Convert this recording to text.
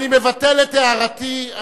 אני מבטל את הערתי.